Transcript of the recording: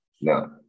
No